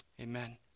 Amen